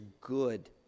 good